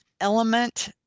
element